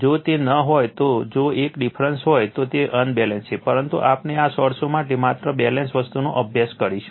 જો તે ન હોય તો જો એક ડિફરન્સ હોય તો તે અબેલેન્સ છે પરંતુ આપણે આ સોર્સ માટે માત્ર બેલેન્સ વસ્તુનો અભ્યાસ કરીશું